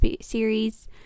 series